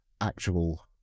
actual